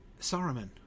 Saruman